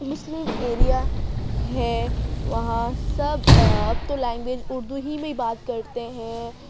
مسلم area ہے وہاں سب اب تو لنگویج اردو ہی میں بات کرتے ہیں